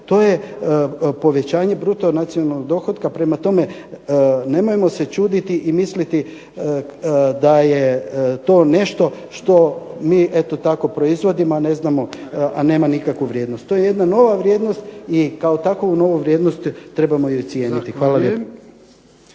to je povećanje bruto nacionalnog dohotka. Prema tome, nemojmo se čuditi i misliti da je to nešto što mi eto tako proizvodimo, a ne znamo, a nema nikakvu vrijednost. To je jedna nova vrijednost i kao takovu novu vrijednost trebamo je cijeniti. Hvala lijepo.